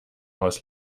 haus